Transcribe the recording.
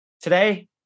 Today